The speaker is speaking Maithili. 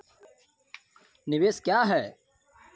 निवेश क्या है?